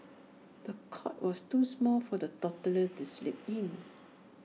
the cot was too small for the toddler to sleep in